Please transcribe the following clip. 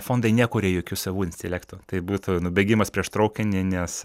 fondai nekuria jokių savų intelektų tai būtų nubėgimas prieš traukinį nes